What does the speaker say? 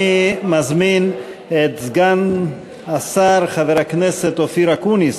אני מזמין את סגן השר חבר הכנסת אופיר אקוניס,